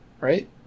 right